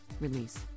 release